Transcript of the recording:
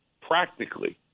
practically